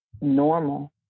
normal